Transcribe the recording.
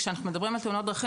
כשאנחנו מדברים על תאונות דרכים,